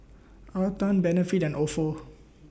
Atherton Benefit and Ofo